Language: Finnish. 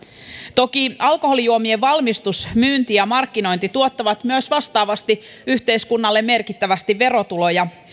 toki alkoholijuomien valmistus myynti ja markkinointi tuottavat myös vastaavasti yhteiskunnalle merkittävästi verotuloja